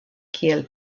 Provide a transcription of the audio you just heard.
kiel